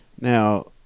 Now